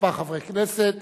כמה חברי כנסת.